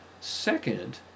Second